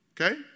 okay